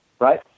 right